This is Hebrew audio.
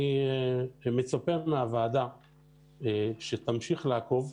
אני מצפה מהוועדה שתמשיך לעקוב,